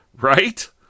right